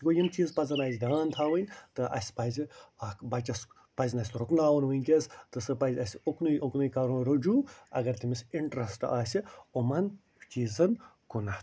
گوٚو یِم چیٖزن پَزن اسہِ دھیٛان تھاوٕنۍ تہٕ اسہِ پَزِ اَکھ بچس پَزِ نہٕ اسہِ رُکناوُن وُنٛکیٚس تہٕ سُہ پَزِ اسہِ اُکنٕے اُکنٕے کَرُن رُجوع اگر تٔمِس اِنٹرٛسٹہٕ آسہِ یِمن چیٖزن کُن